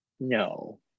No